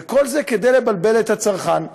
וכל זה כדי לבלבל את הצרכן,